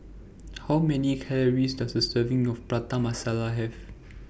How Many Calories Does A Serving of Prata Masala Have